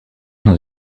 not